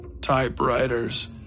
typewriters